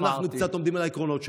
ואנחנו קצת עומדים על העקרונות שלנו,